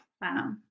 Wow